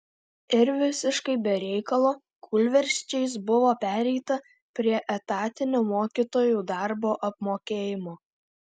ir visiškai be reikalo kūlversčiais buvo pereita prie etatinio mokytojų darbo apmokėjimo